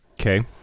Okay